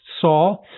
Saul